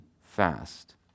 fast